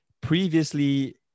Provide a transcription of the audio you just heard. Previously